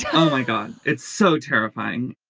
yeah oh my god it's so terrifying